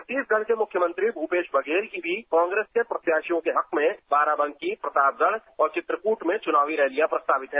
छत्ती सगढ के मुख्यामंत्री भूपेश बघेल की भी कांग्रेस के प्रत्याकशियों के हक में बाराबंकी प्रतापगढ़ और चित्रकूट में चुनावी रैलियां प्रस्ताीवित है